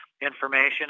information